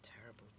Terrible